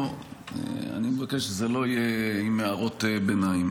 אני מבקש שזה לא יהיה עם הערות ביניים.